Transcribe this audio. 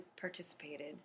participated